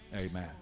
amen